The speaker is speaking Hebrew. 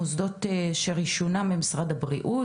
מוסדות שרשיונם ממשרד הבריאות,